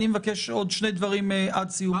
אני מבקש עוד שני דברים עד סיום הדיון.